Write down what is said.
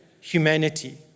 humanity